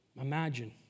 Imagine